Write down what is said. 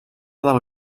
del